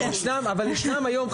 אבל ישנם היום,